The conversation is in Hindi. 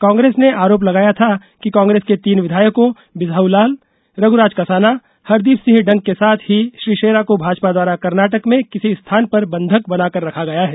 कांग्रेस ने आरोप लगाया था कि कांग्रेस के तीन विधायकों बिसाहु लाल रघुराज कंसाना हरदीप सिंह डंग के साथ ही श्री शेरा को भाजपा द्वारा कर्नाटक में किसी स्थान पर बंधक बनाकर रखा गया है